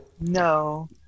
no